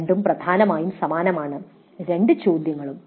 രണ്ടും പ്രധാനമായും സമാനമാണ് രണ്ട് ചോദ്യങ്ങളും